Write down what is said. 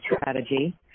strategy